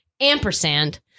ampersand